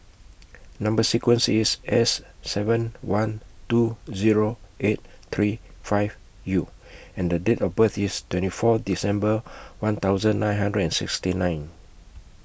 Number sequence IS S seven one two Zero eight three five U and The Date of birth IS twenty four December one thousand nine hundred and sixty nine